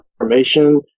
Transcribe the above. information